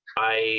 i